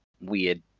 weird